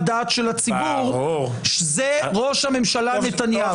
דעת של הציבור זה ראש הממשלה נתניהו.